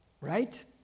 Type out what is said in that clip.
Right